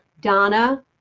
Donna